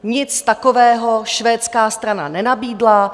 Nic takového švédská strana nenabídla.